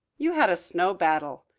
you had a snowball battle.